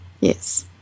yes